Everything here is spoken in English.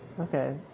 Okay